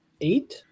eight